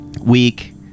week